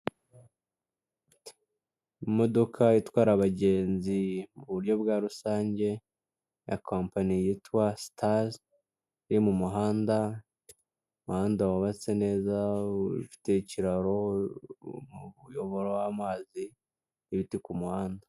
Imodoka itwara abagenzi mu buryo bwa rusange ya kampani yitwa sitari iri mu muhanda, umuhanda wubatse neza ufite ikiraro, umuyoboro w'amazi n'ibiti ku mu muhanda.